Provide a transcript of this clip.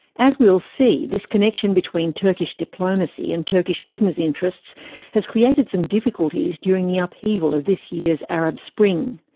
as we'll see, this connection between turkish diplomacy and turkish business interests has created some difficulties during the upheaval of this year's arab spring.